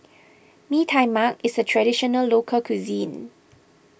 Mee Tai Mak is a Traditional Local Cuisine